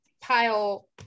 Pile